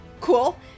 Cool